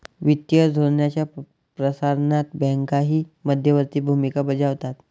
वित्तीय धोरणाच्या प्रसारणात बँकाही मध्यवर्ती भूमिका बजावतात